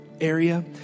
area